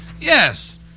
Yes